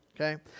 Okay